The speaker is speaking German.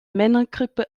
männergrippe